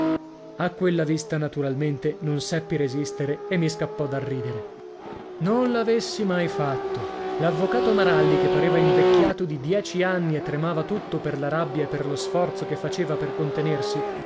a quella vista naturalmente non seppi resistere e mi scappò da ridere non l'avessi mai fatto l'avvocato maralli che pareva invecchiato di dieci anni e tremava tutto per la rabbia e per lo sforzo che faceva per contenersi